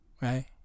Right